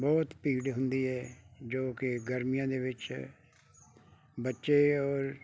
ਬਹੁਤ ਭੀੜ ਹੁੰਦੀ ਹੈ ਜੋ ਕਿ ਗਰਮੀਆਂ ਦੇ ਵਿੱਚ ਬੱਚੇ ਔਰ